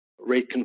rate